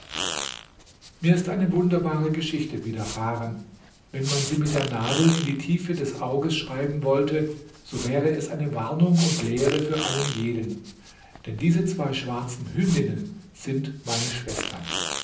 mir ist eine wunderbare geschichte widerfahren wenn man sie mit der nadel in die tiefe des auges schreiben wollte so wäre es eine warnung und lehre für einen jeden denn diese zwei schwarzen hündinnen sind meine schwestern